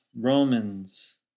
Romans